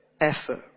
effort